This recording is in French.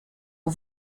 aux